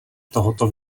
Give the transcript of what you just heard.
tohoto